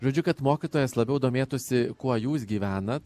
žodžiu kad mokytojas labiau domėtųsi kuo jūs gyvenat